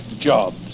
jobs